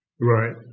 Right